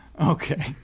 Okay